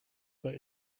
but